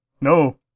No